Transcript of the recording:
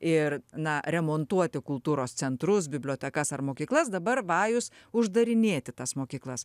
ir na remontuoti kultūros centrus bibliotekas ar mokyklas dabar vajus uždarinėti tas mokyklas